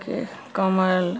के कमल